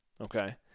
okay